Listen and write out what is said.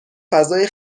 فضای